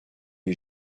les